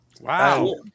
Wow